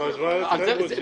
נו, אז מה אתם רוצים.